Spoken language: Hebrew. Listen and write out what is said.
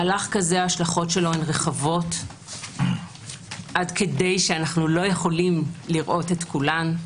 מהלך כזה ההשלכות שלו רחבות עד שאנו לא יכולים לראות את כולן.